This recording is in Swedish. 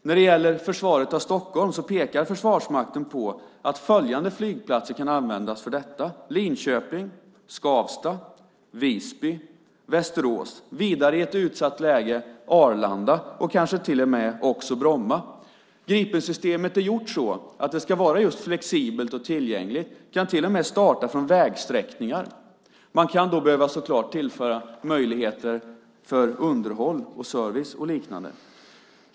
När det gäller försvaret av Stockholm pekar Försvarsmakten på att flygplatserna i Linköping, Skavsta, Visby och Västerås kan användas för detta, vidare i ett utsatt läge Arlanda och kanske till och med Bromma. Gripensystemet är gjort så att det ska vara just flexibelt och tillgängligt. Man kan till och med starta från vägsträckningar, även om man så klart kan behöva tillföra möjligheter för underhåll, service och liknande.